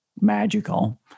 magical